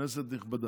כנסת נכבדה,